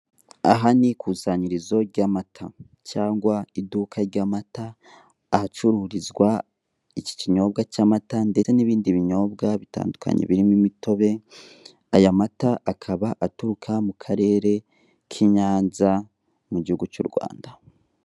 Aha ni ikusanyirizo ry'amata cyangwa iduka ry'amata, ahacururizwa ikinyobwa cy'amata ndetse n'ibindi binyobwa bitandukanye birimo imitobe, aya mata akaba aturuka mu karere k'i Nyanza mu gihugu cy'u Rwanda.